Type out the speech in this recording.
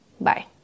Bye